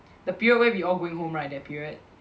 the period where we all going home right that period